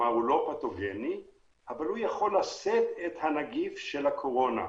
כלומר הוא לא פתוגני אבל הוא יכול לשאת את הנגיף של הקורונה.